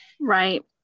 Right